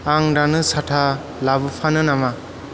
आं दानो साथा लाबोफानो नामा